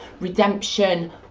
redemption